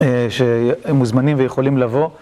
שמוזמנים ויכולים לבוא.